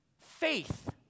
faith